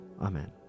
Amen